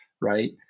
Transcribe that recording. Right